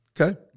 Okay